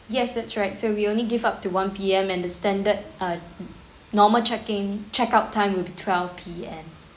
yes that's right so we only give up to one P_M and the standard uh normal check in check out time will be twelve P_M